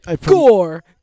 Gore